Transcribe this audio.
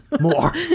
more